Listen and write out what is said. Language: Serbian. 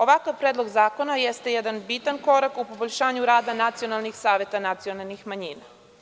Ovakav Predlog zakona jeste jedan bitan korak u poboljšanju rada nacionalnih saveta nacionalnih manjina.